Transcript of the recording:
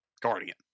guardian